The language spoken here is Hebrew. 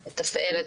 מתערבים,